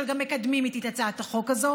שגם מקדמים איתי את הצעת החוק הזאת